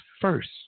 first